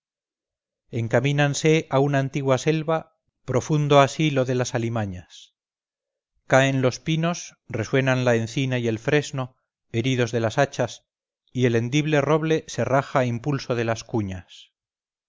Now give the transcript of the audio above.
encamínanse a una antigua selva profundo asilo de las alimañas caen los pinos resuenan la encina y el fresno heridos de las hachas y el hendible roble se raja a impulso de las cuñas